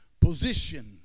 Position